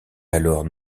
alors